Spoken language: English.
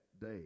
day